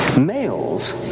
Males